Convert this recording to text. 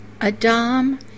Adam